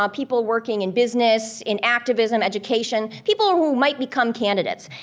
um people working in business, in activism, education, people who might become candidates.